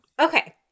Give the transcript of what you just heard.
Okay